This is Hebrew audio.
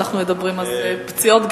אנחנו מדברים על פציעות,